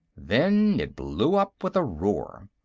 then it blew up with a roar.